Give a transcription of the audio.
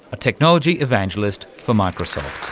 a technology evangelist for microsoft.